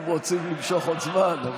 אם רוצים למשוך עוד זמן.